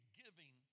giving